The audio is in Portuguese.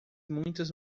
muitas